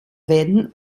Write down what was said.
werden